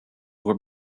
were